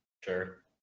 sure